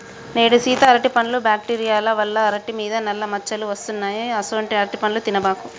నేడు సీత అరటిపండ్లు బ్యాక్టీరియా వల్ల అరిటి మీద నల్ల మచ్చలు వస్తున్నాయి అసొంటీ అరటిపండ్లు తినబాకు